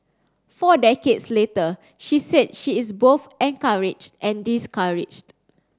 four decades later she said she is both encouraged and discouraged